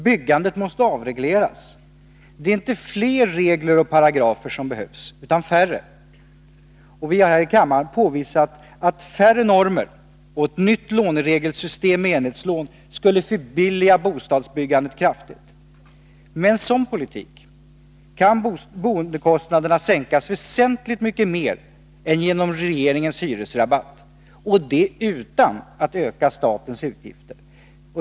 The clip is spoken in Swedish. Byggandet måste avregleras. Det är inte fler regler och paragrafer som behövs utan färre. Vi har här i kammaren påvisat att färre normer och ett nytt låneregelsystem med enhetslån skulle förbilliga bostadsbyggandet kraftigt. Med en sådan politik kan boendekostnaderna sänkas väsentligt mer än genom regeringens hyresrabatt, utan att öka statens utgifter.